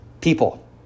people